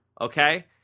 okay